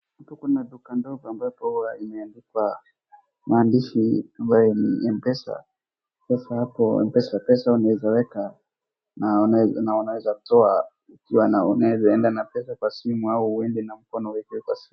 Hapo kuna duka ndogo ambapo huwa imeandikwa maandishi ambayo ni mpesa, sasa hapo mpesa pesa unaweza weka na unaweza toa na unaweza enda na pesa kwa simu au uende na mkono uwekewe kwa simu.